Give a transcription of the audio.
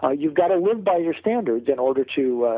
ah you've got to live by your standards in order to,